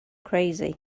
crazy